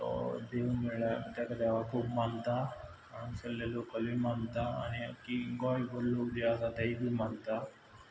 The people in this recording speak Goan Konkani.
तो देव म्हळ्यार तेक देवा खूब मानता हांगासल्ले लॉकलूय मानता आनी गोंयभर लोक जे आसा तेय बी मानता